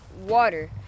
water